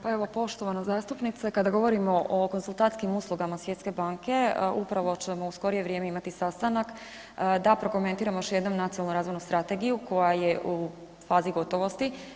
Pa evo poštovana zastupnice kada govorimo o konzultantskim uslugama Svjetske banke upravo ćemo u skorije vrijeme imati sastanak da prokomentiramo još jednom nacionalnu razvoju strategiju koja je u fazi gotovosti.